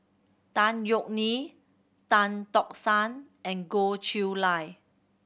Tan Yeok Nee Tan Tock San and Goh Chiew Lye